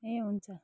ए हुन्छ